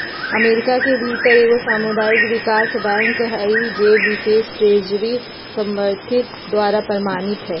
America के भीतर एगो सामुदायिक विकास बैंक हइ जे बिशेष ट्रेजरी समर्थित द्वारा प्रमाणित हइ